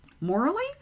Morally